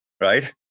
right